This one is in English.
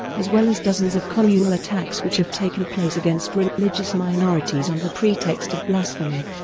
as well as dozens of communal attacks which have taken place against religious minorities on the pretext of blasphemy,